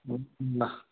ल